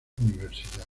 universidad